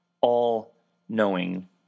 all-knowing